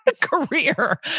career